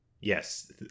Yes